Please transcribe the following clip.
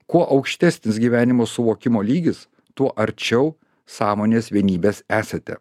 kuo aukštesnis gyvenimo suvokimo lygis tuo arčiau sąmonės vienybės esate